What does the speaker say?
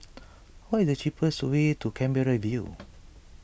what is the cheapest way to Canberra View